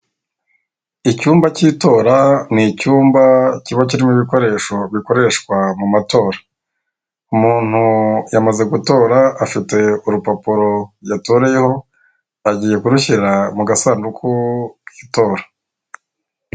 Icyumba cy'itora ni icyumba kiba kirimo ibikoresho bikoreshwa mu matora. Umuntu yamaze gutora afote urupapuro yatoreyeho, agiye kurushyira mu gasanduku k'itora.